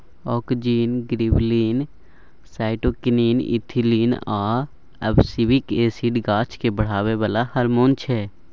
auxin, gibberellin, cytokinin, ethylene आ abscisic acid गाछकेँ बढ़ाबै बला हारमोन छै